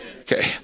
Okay